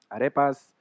Arepas